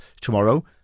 tomorrow